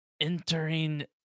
Entering